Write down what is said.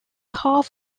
half